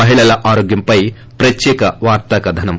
మహిళల ఆరోగ్యంపై ప్రత్యేక వార్తా కథనం